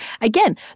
again